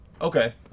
Okay